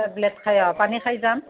tablet খাই অঁ পানী খাই যাম